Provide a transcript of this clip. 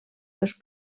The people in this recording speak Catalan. dos